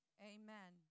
Amen